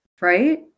Right